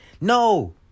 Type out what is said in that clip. No